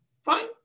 Fine